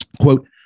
Quote